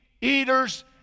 eaters